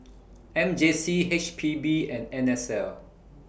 M J C H P B and N S L